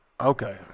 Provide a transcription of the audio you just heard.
Okay